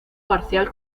parcial